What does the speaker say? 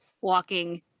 walking